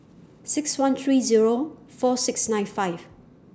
six one three Zero four six nine five